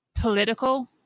political